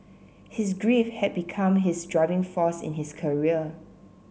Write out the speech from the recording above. his grief had become his driving force in his career